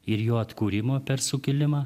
ir jo atkūrimo per sukilimą